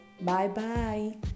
Bye-bye